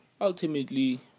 ultimately